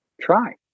try